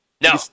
No